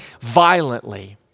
violently